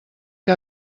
que